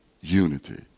unity